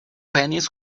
pennies